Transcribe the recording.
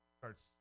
Starts